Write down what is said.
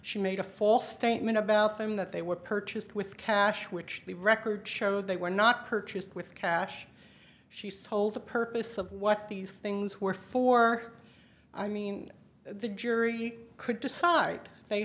she made a false statement about them that they were purchased with cash which the records show they were not purchased with cash she's told the purpose of what these things were for i mean the jury could decide they